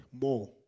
More